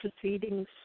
proceedings